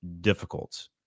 difficult